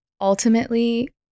ultimately